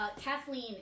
Kathleen